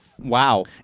Wow